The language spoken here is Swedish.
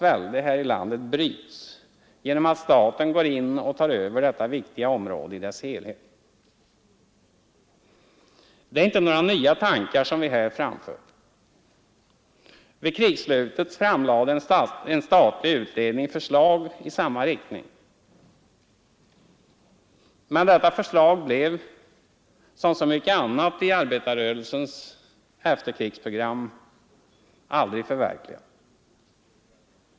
välde här i landet bryts genom att staten går in och tar över detta viktiga område i dess helhet. Det är inte några nya tankar som vi här framför. Vid krigsslutet framlade en statlig utredning förslag i samma riktning, men detta förslag blev — som så mycket annat i arbetarrörelsens efterkrigsprogram — aldrig förverkligat.